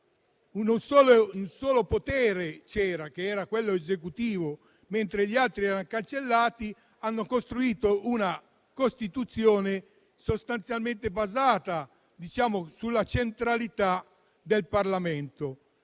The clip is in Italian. un solo potere, quello esecutivo, mentre gli altri erano cancellati, hanno costruito una Costituzione sostanzialmente basata sulla centralità del Parlamento.